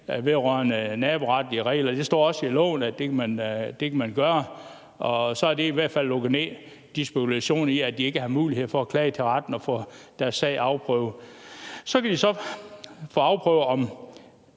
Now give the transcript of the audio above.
vedrørende naboretlige regler. Det står der også i loven at man kan gøre, og så er det i hvert fald lukket ned med de spekulationer om, at de ikke har mulighed for at klage til retten og få deres sag afprøvet. Så kan de så få afprøvet, om